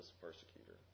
Persecutor